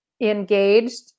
engaged